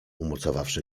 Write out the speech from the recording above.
umocowawszy